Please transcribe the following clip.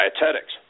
dietetics